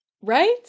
Right